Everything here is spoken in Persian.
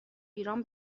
ایران